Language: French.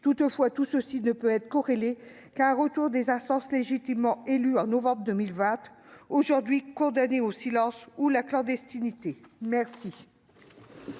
Toutefois, tout cela ne peut être que corrélé à un retour des instances légitimement élues en novembre 2020 et aujourd'hui condamnées au silence ou à la clandestinité. La